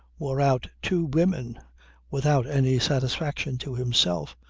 wore out two women without any satisfaction to himself,